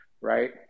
Right